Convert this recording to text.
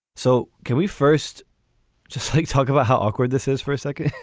so can we first just like talk about how awkward this is for a sec? yeah,